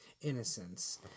innocence